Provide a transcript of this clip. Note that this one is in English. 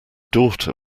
daughter